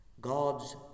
God's